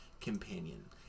companion